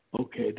okay